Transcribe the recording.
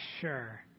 sure